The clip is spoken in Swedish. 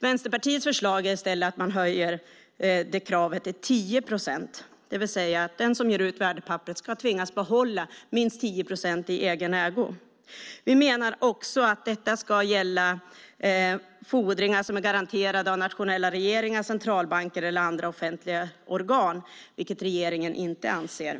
Vänsterpartiet föreslår att man höjer kravet till 10 procent. Den som ger ut värdepapperet ska tvingas behålla minst 10 procent i egen ägo. Vi menar också att det ska gälla fordringar som är garanterade av nationella regeringar, centralbanker eller andra offentliga organ, vilket regeringen inte anser.